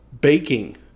baking